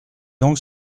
donc